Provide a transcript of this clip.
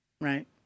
right